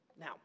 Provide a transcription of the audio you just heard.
Now